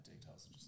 details